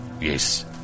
Yes